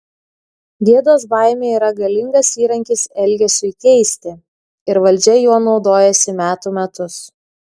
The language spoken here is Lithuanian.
gėdos baimė yra galingas įrankis elgesiui keisti ir valdžia juo naudojasi metų metus